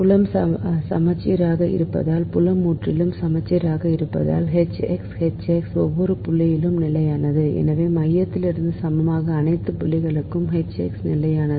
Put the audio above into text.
புலம் சமச்சீராக இருப்பதால் புலம் முற்றிலும் சமச்சீராக இருப்பதால் H x H x ஒவ்வொரு புள்ளியிலும் நிலையானது எனவே மையத்திலிருந்து சமமான அனைத்து புள்ளிகளுக்கும் H x நிலையானது